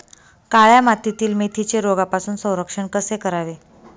काळ्या मातीतील मेथीचे रोगापासून संरक्षण कसे करावे?